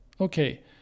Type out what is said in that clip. Okay